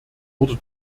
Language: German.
wurde